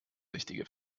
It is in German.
richtige